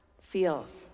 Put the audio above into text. feels